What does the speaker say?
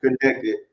connected